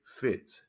fit